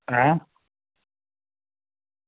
ऐं